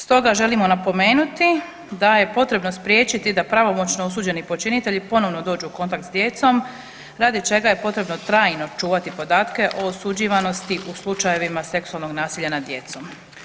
Stoga želimo napomenuti da je potrebno spriječiti da pravomoćno osuđeni počinitelji ponovno dođu u kontakt s djecom radi čega je potrebno trajno čuvati podatke o osuđivanosti u slučajevima seksualnih nasilja nad djecom.